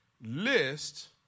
List